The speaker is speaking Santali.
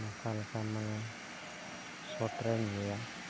ᱚᱠᱟ ᱞᱮᱠᱟ ᱢᱟᱱᱮ ᱥᱚᱴᱨᱮ ᱜᱮᱭᱟ